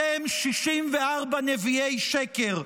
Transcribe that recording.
אתם 64 נביאי שקר.